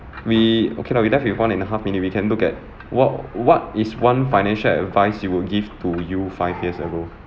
we okay lah we left with one and a half minute we can look at what what is one financial advice you will give to you five years ago